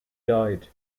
died